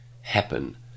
happen